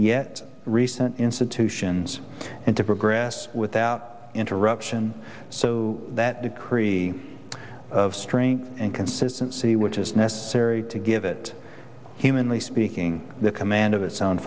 yet recent institutions and to progress without interruption so that decree of strength and consistency which is necessary to give it humanly speaking the command of its own